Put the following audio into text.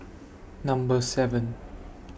Number seven